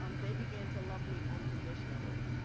um they began to love me unconditionally.